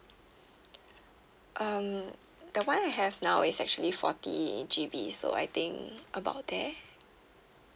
um the [one] I have now is actually forty G_B so I think about there